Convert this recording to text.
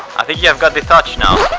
i think you have got the touch now!